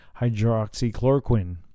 hydroxychloroquine